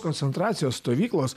koncentracijos stovyklos